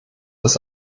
ist